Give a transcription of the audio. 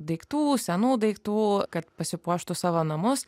daiktų senų daiktų kad pasipuoštų savo namus